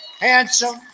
handsome